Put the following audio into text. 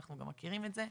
אנחנו גם מכירים את זה,